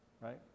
right